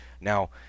Now